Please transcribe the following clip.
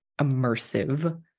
immersive